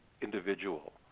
individual